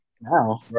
now